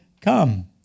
come